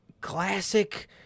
classic